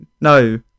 No